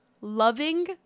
Loving